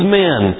men